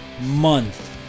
month